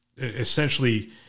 essentially